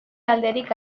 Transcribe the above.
alderik